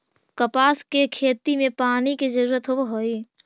कपास के खेती में पानी के जरूरत होवऽ हई